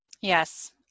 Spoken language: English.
Yes